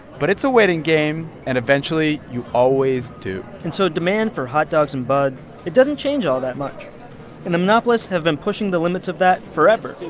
but it's a waiting game. and eventually, you always do and so demand for hot dogs and buds it doesn't change all that much. and the monopolists have been pushing the limits of that forever